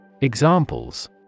Examples